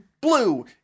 blue